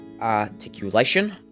Articulation